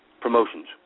promotions